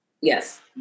yes